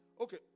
okay